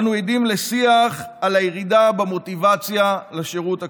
אנו עדים לשיח על הירידה במוטיבציה לשירות הקרבי,